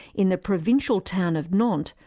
in the provincial town of nantes,